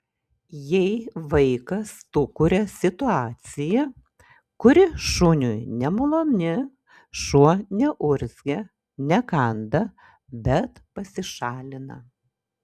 jei vaikas sukuria situaciją kuri šuniui nemaloni šuo neurzgia nekanda bet pasišalina